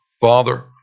father